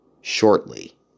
shortly